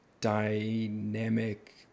dynamic